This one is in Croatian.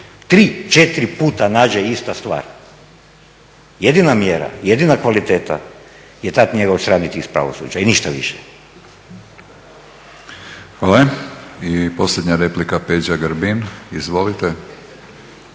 3, 4 puta nađe ista stvar jedina mjera, jedina kvaliteta je tada njega odstraniti iz pravosuđa i ništa više. **Batinić, Milorad (HNS)** Hvala. I posljednja replika Peđa Grbin. Izvolite.